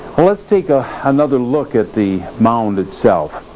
well let's take ah another look at the mound itself,